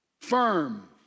Firm